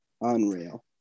unreal